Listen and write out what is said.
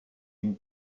une